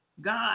God